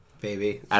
Baby